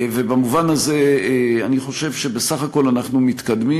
ובמובן הזה, אני חושב שבסך הכול אנחנו מתקדמים.